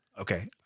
Okay